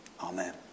Amen